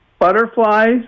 butterflies